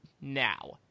now